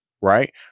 right